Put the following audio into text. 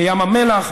בים המלח,